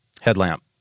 Headlamp